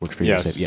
Yes